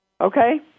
Okay